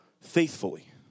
faithfully